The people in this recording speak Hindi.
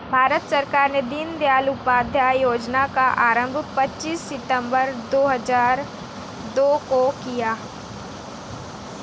भारत सरकार ने दीनदयाल उपाध्याय योजना का आरम्भ पच्चीस सितम्बर दो हज़ार चौदह को किया